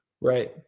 Right